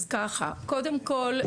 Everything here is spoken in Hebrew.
אז קודם כל,